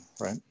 right